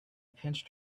pinched